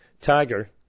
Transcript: Tiger